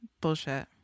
Bullshit